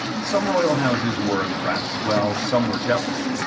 some royal houses were impressed, while some were jealous.